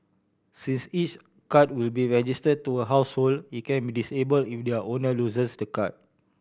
since each card will be registered to a household it can be disable if their owner loses the card